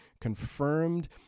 confirmed